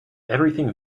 everything